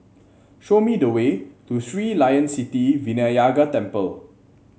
show me the way to Sri Layan Sithi Vinayagar Temple